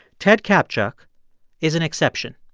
ted kaptchuk is an exception.